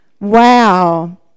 Wow